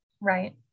Right